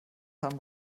haben